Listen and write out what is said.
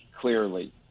clearly